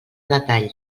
detall